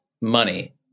money